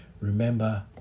remember